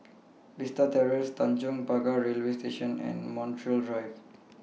Vista Terrace Tanjong Pagar Railway Station and Montreal Drive